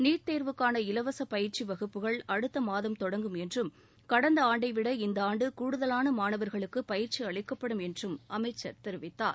NEET தேர்வுக்கான இலவச பயிற்சி வகுப்புகள் அடுத்த மாதம் தொடங்கும் என்றும் கடந்த ஆண்டை விட இந்த ஆண்டு கூடுதலான மாணவர்களுக்கு பயிற்சி அளிக்கப்படும் என்றும் அமைச்சர் தெரிவித்தார்